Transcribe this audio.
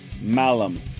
Malum